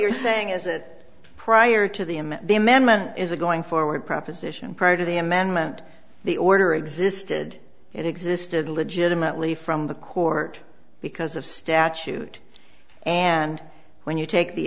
you're saying is that prior to the him the amendment is a going forward proposition prior to the amendment the order existed it existed legitimately from the court because of statute and when you take the